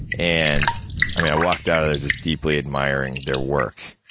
and i mean, i walked out of there just deeply admiring their work.